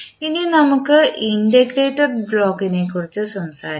ഇനി നമുക്ക് ഇന്റഗ്രേറ്റർ ബ്ലോക്കിനെക്കുറിച്ച് സംസാരിക്കാം